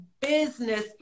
business